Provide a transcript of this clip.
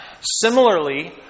Similarly